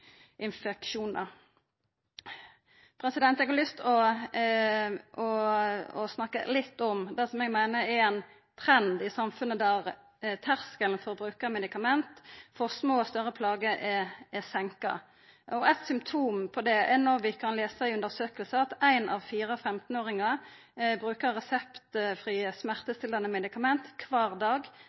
infeksjonar. Eg har lyst å snakka litt om det som eg meiner er ein trend i samfunnet: Terskelen for å bruka medikament for små og større plager er senka. Eitt symptom på det er når vi kan lesa i undersøkingar at ein av fire 15-åringar brukar reseptfrie smertestillande medikament kvar dag